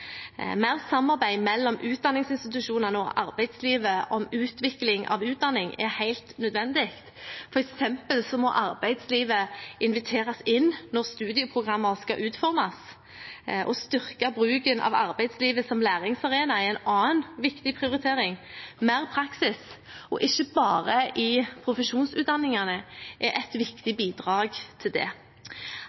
Mer samarbeid mellom utdanningsinstitusjonene og arbeidslivet om utvikling av utdanning er helt nødvendig. For eksempel må arbeidslivet inviteres inn når studieprogrammer skal utformes. Å styrke bruken av arbeidslivet som læringsarena er en annen viktig prioritering. Mer praksis – og ikke bare i profesjonsutdanningene – er et viktig bidrag til det.